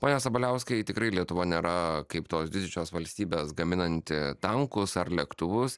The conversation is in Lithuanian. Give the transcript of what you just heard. pone sabaliauskai tikrai lietuva nėra kaip tos didžiosios valstybės gaminanti tankus ar lėktuvus